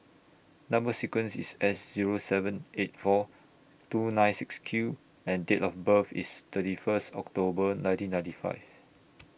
Number sequence IS S Zero seven eight four two nine six Q and Date of birth IS thirty First October nineteen ninety five